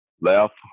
left